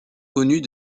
connues